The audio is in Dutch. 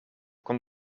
kon